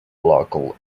local